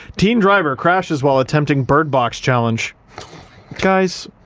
teen driver crashes while attempting bird box challenge guys.